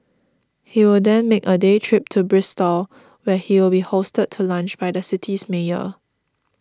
he will then make a day trip to Bristol where he will be hosted to lunch by the city's mayor